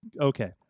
Okay